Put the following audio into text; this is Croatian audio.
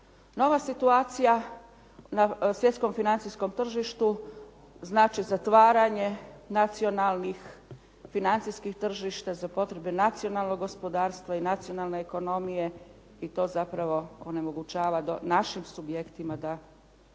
Nova situacija na svjetskom financijskom tržištu znači zatvaranje nacionalnih financijskih tržišta za potrebe nacionalnog gospodarstva i nacionalne ekonomije i to zapravo onemogućava našim subjektima da potraže